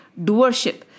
Doership